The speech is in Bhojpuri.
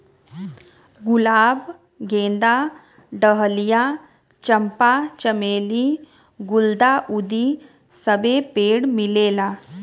गुलाब गेंदा डहलिया चंपा चमेली गुल्दाउदी सबे पेड़ मिलेला